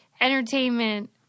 entertainment